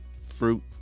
fruit